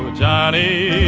ah johnny.